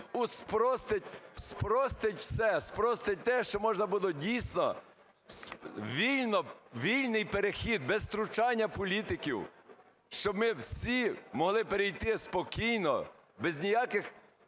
спростить все, спростить те, щоб можна було, дійсно вільний перехід, без втручання політиків, щоб ми всі могли перейти спокійно, без ніяких…